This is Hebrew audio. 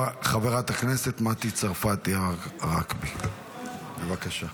חברת הכנסת מטי צרפתי הרכבי, בבקשה.